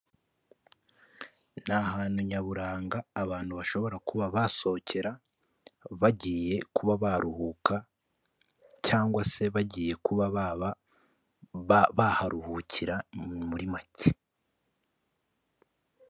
Ni ahantu nyaburanga abantu bashobora kuba basohokera, bagiye kuba baruhuka cyangwa se bagiye kuba baharuhukira muri make.